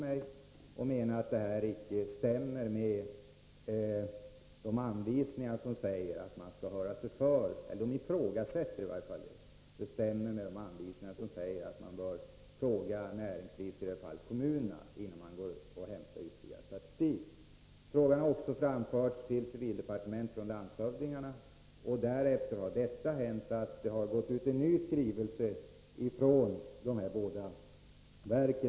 Kommunförbundet har skrivit till mig och ifrågasatt om de båda verkens skrivelse överensstämmer med de anvisningar som säger att man bör fråga näringslivet, i detta fall kommunerna, innan man inhämtar ytterligare statistik. Frågan har också framförts till civildepartementet från landshövdingarna. Därefter har det gått ut en ny skrivelse från dessa båda verk.